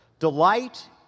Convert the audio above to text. Delight